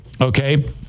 okay